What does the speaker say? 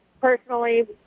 personally